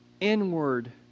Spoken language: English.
inward